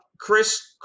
Chris